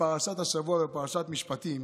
בפרשת השבוע, פרשת משפטים.